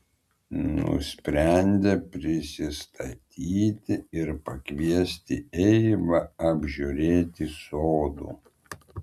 nusprendė prisistatyti ir pakviesti eivą apžiūrėti sodų